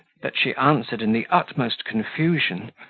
that she answered in the utmost confusion,